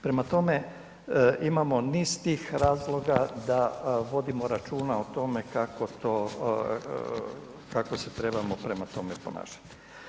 Prema tome, imamo niz tih razloga da vodimo računa o tome kako to, kako se trebamo prema tome ponašati.